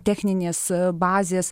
techninės bazės